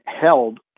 held